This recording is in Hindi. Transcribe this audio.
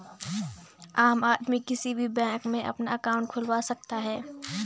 आम आदमी किसी भी बैंक में अपना अंकाउट खुलवा सकता है